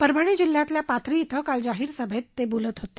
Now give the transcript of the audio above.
परभणी जिल्ह्यातल्या पाथरी श्वं काल जाहीर सभेत ते बोलत होते